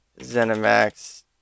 Zenimax